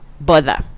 bother